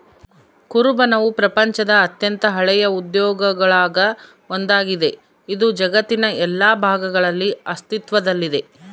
ಕುರುಬನವು ಪ್ರಪಂಚದ ಅತ್ಯಂತ ಹಳೆಯ ಉದ್ಯೋಗಗುಳಾಗ ಒಂದಾಗಿದೆ, ಇದು ಜಗತ್ತಿನ ಎಲ್ಲಾ ಭಾಗಗಳಲ್ಲಿ ಅಸ್ತಿತ್ವದಲ್ಲಿದೆ